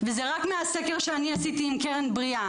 וזה רק מהסקר שאני עשיתי עם "קרן בריאה".